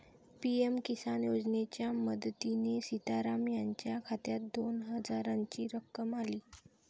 PM Kisan योजनेच्या मदतीने सीताराम यांच्या खात्यात दोन हजारांची रक्कम आली